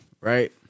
right